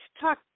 talk